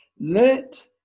let